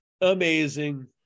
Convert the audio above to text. Amazing